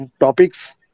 topics